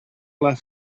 left